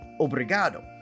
Obrigado